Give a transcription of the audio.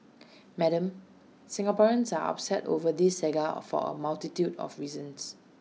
Madam Singaporeans are upset over this saga for A multitude of reasons